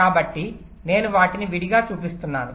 కాబట్టి నేను వాటిని విడిగా చూపిస్తున్నాను